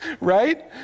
Right